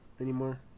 anymore